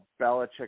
Belichick